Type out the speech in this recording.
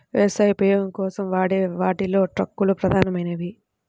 వ్యవసాయ ఉపయోగం కోసం వాడే వాటిలో ట్రక్కులు ప్రధానమైనవి